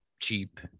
cheap